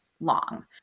long